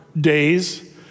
days